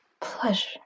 Pleasure